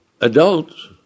adults